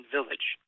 Village